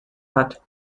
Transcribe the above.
hat